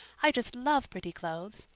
i just love pretty clothes.